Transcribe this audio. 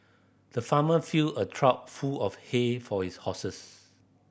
the farmer filled a trough full of hay for his horses